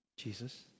Jesus